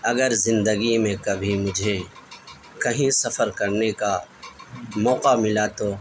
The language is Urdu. اگر زندگی میں کبھی مجھے کہیں سفر کرنے کا موقع ملا تو